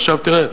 עכשיו תראה,